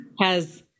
has-